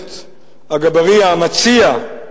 הכנסת אגבאריה, המציע,